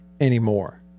anymore